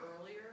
earlier